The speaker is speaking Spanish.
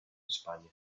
españa